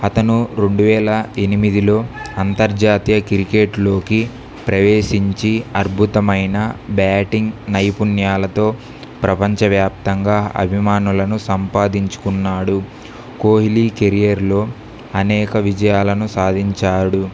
అతను రెండు వేల ఎనిమిదిలో అంతర్జాతీయ క్రికెట్లోకి ప్రవేశించి అద్భుతమైన బ్యాటింగ్ నైపుణ్యాలతో ప్రపంచవ్యాప్తంగా అభిమానులను సంపాదించుకున్నాడు కోహ్లీ కెరియర్లో అనేక విజయాలను సాధించాడు